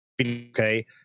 okay